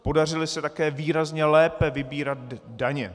Podařily se také výrazně lépe vybírat daně.